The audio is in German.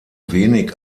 wenig